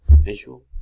visual